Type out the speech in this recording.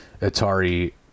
Atari